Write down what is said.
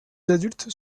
adultes